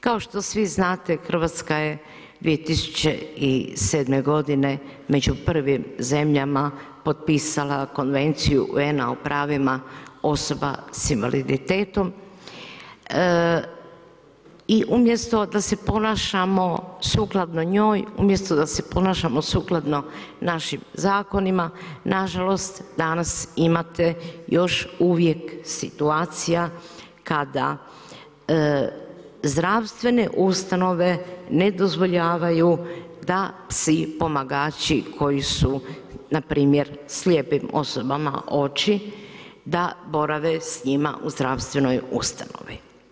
Kao što svi znate Hrvatska je 2007. godine među prvim zemljama potpisala Konvenciju UN-a o pravima osoba s invaliditetom i umjesto da se ponašamo sukladno njoj, umjesto da se ponašamo našim zakonima, nažalost danas imate još uvijek situacija kada zdravstvene ustanove ne dozvoljavaju da psi pomagači koji su npr. slijepim osobama oči da borave s njima u zdravstvenoj ustanovi.